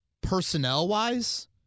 personnel-wise